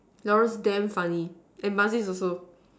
Naruf damn funny and Bazif also